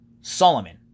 Solomon